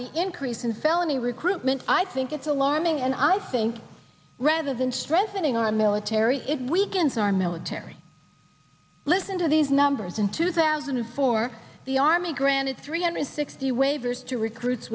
the increase in felony recruitment i think it's alarming and i think rather than strengthening our military it weakens our military listen to these numbers in two thousand and four the army granted three hundred sixty waivers to recruits